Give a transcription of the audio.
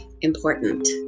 important